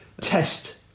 test